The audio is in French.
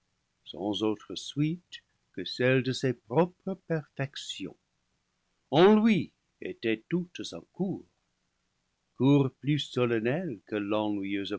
sans autre suite que celle de ses propres perfections en lui était toute sa cour cour plus solennelle que